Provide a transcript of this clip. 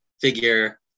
figure